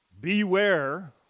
Beware